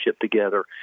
together